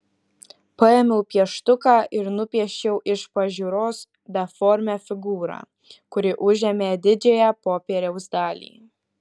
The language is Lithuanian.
paėmiau pieštuką ir nupiešiau iš pažiūros beformę figūrą kuri užėmė didžiąją popieriaus dalį